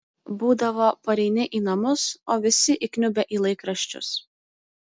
būdavo pareini į namus o visi įkniubę į laikraščius